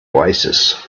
oasis